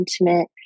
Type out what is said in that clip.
intimate